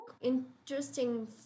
interesting